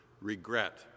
regret